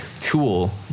tool